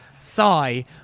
thigh